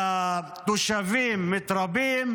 התושבים מתרבים,